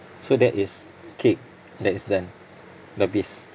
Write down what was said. so that is cake that is done dah habis